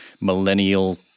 millennial